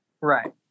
Right